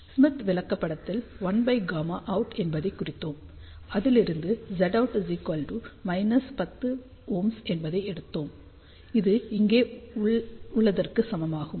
Smith விளக்கப்படத்தில் 1Γout என்பதை குறித்தோம் அதிலிருந்து Zout 10Ω என்பதை எடுத்தோம் இது இங்கே உள்ளதற்கு சமமாகும்